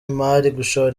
imari